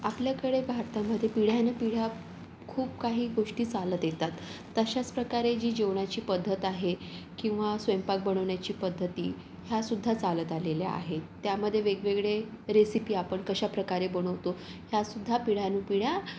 आपल्याकडे भारतामध्ये पिढ्यान् पिढ्या खूप काही गोष्टी चालत येतात तशाच प्रकारे जी जेवणाची पद्धत आहे किंवा स्वयंपाक बनवण्याची पद्धती या सुद्धा चालत आलेल्या आहे त्यामध्ये वेगवेगळे रेसिपी आपण कशा प्रकारे बनवतो ह्या सुद्धा पिढ्यानु पिढ्या